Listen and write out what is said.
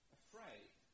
afraid